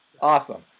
Awesome